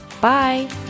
Bye